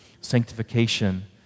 sanctification